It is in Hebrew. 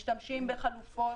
משתמשים בחלופות